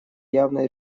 явной